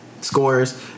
scores